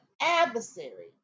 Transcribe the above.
adversary